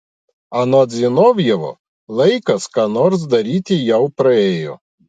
anot zinovjevo laikas ką nors daryti jau praėjo